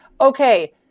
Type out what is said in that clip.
Okay